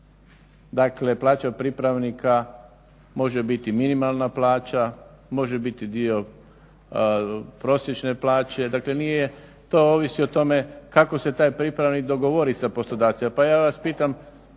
Dakle plaća pripravnika može biti minimalna plaća, može biti dio prosječne plaće, dakle to ovisi o tome kako se taj pripravnik dogovori sa poslodavcem.